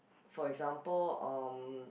for example um